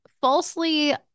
falsely